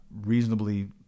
reasonably